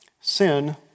Sin